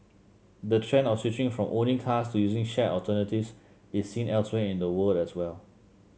the trend of switching from owning cars to using shared alternatives is seen elsewhere in the world as well